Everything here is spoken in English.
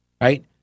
right